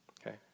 okay